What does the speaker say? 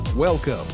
Welcome